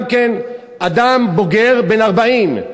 גם כן אדם בוגר בן 40,